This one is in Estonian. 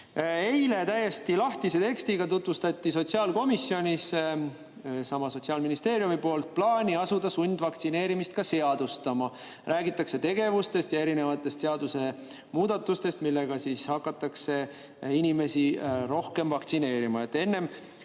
Eile täiesti lahtise tekstiga tutvustati sotsiaalkomisjonis Sotsiaalministeeriumi plaani asuda sundvaktsineerimist seadustama. Räägitakse tegevustest ja erinevatest seadusemuudatustest, mille abil hakatakse inimesi rohkem vaktsineerima.